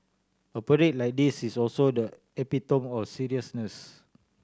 a parade like this is also the epitome of seriousness